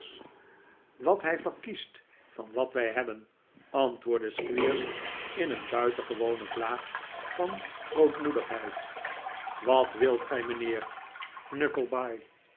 wat hij verkiest van wat wij hebben antwoordde squeers in een buitengewone vlaag van grootmoedigheid wat wilt gij mijnheer